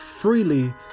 freely